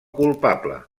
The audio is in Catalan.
culpable